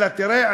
אלא: תראה,